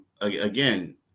Again